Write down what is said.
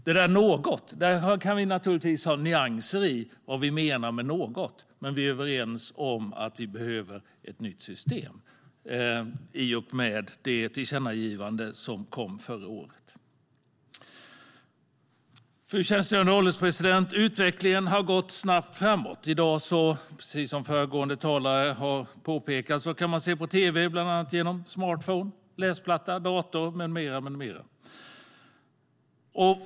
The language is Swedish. Vi kan naturligtvis ha olika nyanser i vad vi menar med "något", men vi är överens om att vi behöver ett nytt system i och med det tillkännagivande som kom förra året. Fru ålderspresident! Utvecklingen har gått snabbt framåt. I dag kan man, precis som föregående talare har påpekat, se på tv bland annat genom smartphone, läsplatta och dator.